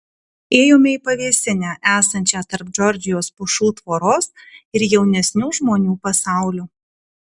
ėjome į pavėsinę esančią tarp džordžijos pušų tvoros ir jaunesnių žmonių pasaulio